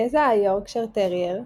גזע היורקשייר טרייר,